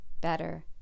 better